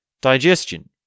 digestion